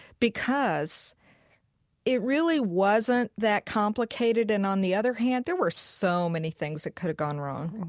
because it really wasn't that complicated, and on the other hand, there were so many things that could've gone wrong.